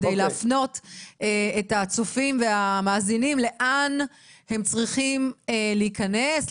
על מנת להפנות את הצופים והמאזינים להם הם צריכים להיכנס,